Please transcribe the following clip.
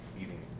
eating